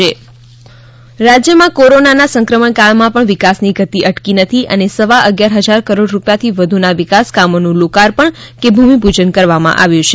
વિજય રૂપાણી રાજ્યમાં કોરોનાના સંક્રમણકાળમાં પણ વિકાસની ગતિ અટકી નથી અને સવા અગિયાર ફજાર કરોડ રૂપિયાથી વધુના વિકાસકામોનું લોકાર્પણ કે ભૂમિપૂજન કરવામાં આવ્યું છે